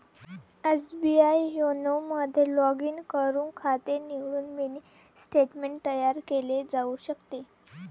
SBI YONO मध्ये log in करून खाते निवडून मिनी स्टेटमेंट तयार केले जाऊ शकते